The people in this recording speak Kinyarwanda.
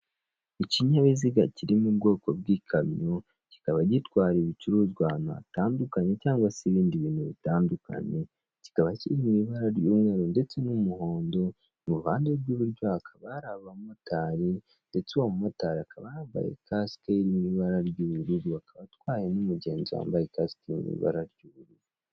Ikinyabiziga kiri mu bwoko bw'ikamyo kikaba gitwara ibicuruzwa ahantu hatandukanye cyangwa se ibindi bintu bitandukanye kikaba kiri mu ibara ry'umweru ndetse n'umuhondo mu ruhande rw'iburyo hakaba hari abamotari ndetse uwo mumotari akaba yambaye kasike iri mu ibara ry'ubururu akaba atwaye n'umugenzi wambaye kasike iri mu ibara ry'ubururu.